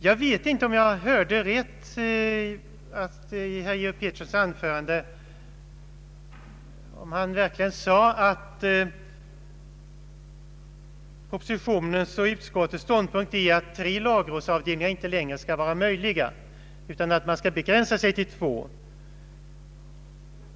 Jag vet inte om jag hörde rätt i herr Georg Petterssons anförande, om han verkligen sade att propositionens och utskottets ståndpunkt är att tre lagrådsavdelningar inte längre skall vara möjliga utan att man skall begränsa sig till två.